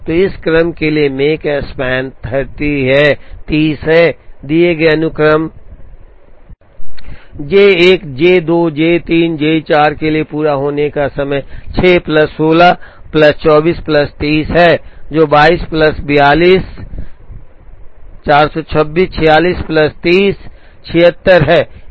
तो इस क्रम के लिए Makespan 30 है दिए गए अनुक्रम J 1 J 2 J 3 J 4 के लिए पूरा होने का समय 6 प्लस 16 प्लस 24 प्लस 30 है जो 22 प्लस 426 46 प्लस 30 76 है